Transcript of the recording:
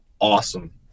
awesome